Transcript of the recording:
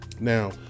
Now